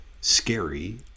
scary